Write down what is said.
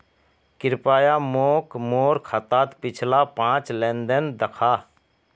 कृप्या मोक मोर खातात पिछला पाँच लेन देन दखा